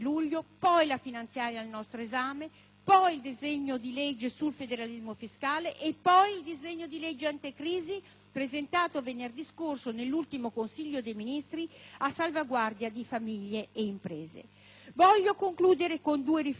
poi il disegno di legge sul federalismo fiscale e, infine, il disegno di legge anticrisi, presentato venerdì scorso nell'ultimo Consiglio dei ministri, a salvaguardia di famiglie e imprese. Voglio concludere con due riflessioni. Quanto alla prima, mi auguro